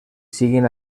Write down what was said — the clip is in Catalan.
siguin